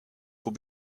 will